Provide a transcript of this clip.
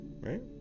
right